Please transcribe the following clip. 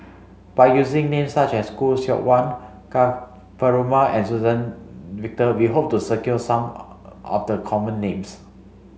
by using names such as Khoo Seok Wan Ka Perumal and Suzann Victor we hope to some after the common names